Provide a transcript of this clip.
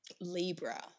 Libra